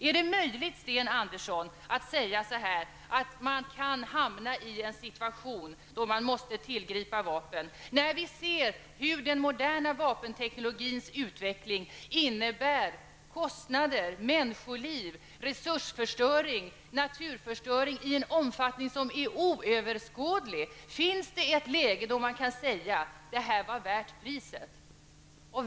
Är det möjligt, Sten Andersson, att säga att man kan hamna i en situation då man måste tillgripa vapen, när vi ser hur den moderna vapenteknologins utveckling innebär kostnader, offrande av människoliv, resursförstöring och naturförstöring i en omfattning som är oöverskådlig? Finns det ett läge då man kan säga att det här var värt priset?